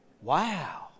Wow